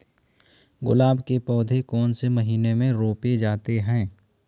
गुलाब के पौधे कौन से महीने में रोपे जाते हैं?